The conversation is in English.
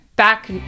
Back